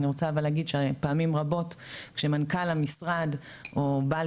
אני רוצה אבל להגיד שפעמים רבות כשמנכ"ל המשרד או בעל